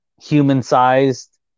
human-sized